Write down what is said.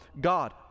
God